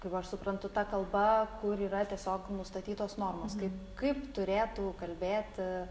kaip aš suprantu ta kalba kur yra tiesiog nustatytos normos kaip kaip turėtų kalbėti